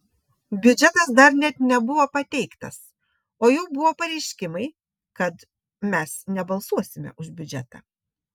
biudžetas dar net nebuvo pateiktas o jau buvo pareiškimai kad mes nebalsuosime už biudžetą